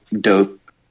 dope